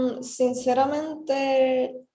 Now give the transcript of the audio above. sinceramente